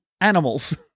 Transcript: animals